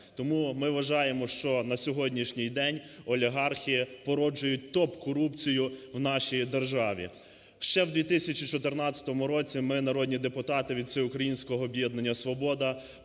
Тому ми вважаємо, що на сьогоднішній день олігархи породжують топ-корупцію в нашій державі. Ще в 2014 році ми, народні депутати від